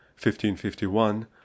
1551